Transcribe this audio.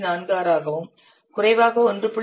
46 ஆகவும் குறைவாக 1